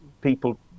people